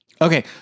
Okay